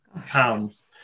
pounds